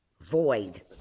Void